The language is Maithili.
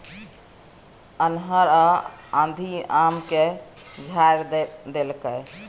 अन्हर आ आंधी आम के झाईर देलकैय?